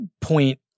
point